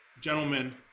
Gentlemen